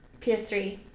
PS3